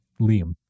Liam